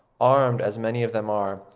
armed, as many of them are,